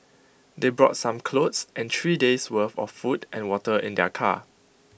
they brought some clothes and three days' worth of food and water in their car